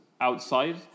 outside